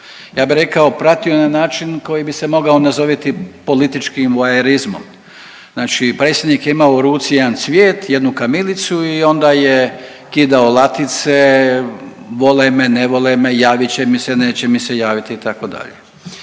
Ja bi rekao pratio na način koji bi se mogao nazoviti političkim voajerizmom. Znači predsjednik je imamo u ruci jedan cvijet, jednu kamilicu i onda je kidao latice, vole me, ne vole me, javit će mi se, neće mi se javit itd.